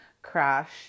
Crash